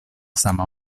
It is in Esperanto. sama